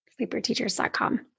Sleeperteachers.com